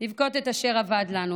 לבכות את אשר אבד לנו,